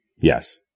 Yes